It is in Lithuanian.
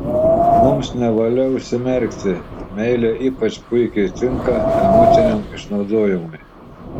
mums nevalia užsimerkti meilė ypač puikiai tinka emociniam išnaudojimui